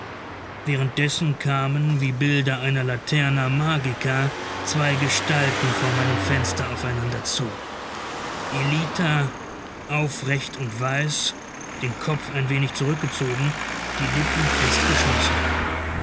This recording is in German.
währenddessen kamen wie bilder einer laterna magica zwei gestalten vor meinem fenster aufeinander zu ellita aufrecht und weiß den kopf ein wenig zurückgebogen die lippen fest geschlossen